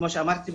וכפי שאמרתי,